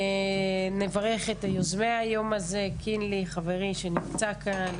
נברך את יוזמי היום הזה- קינלי חברי שנמצא כאן,